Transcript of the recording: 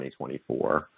2024